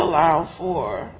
allow for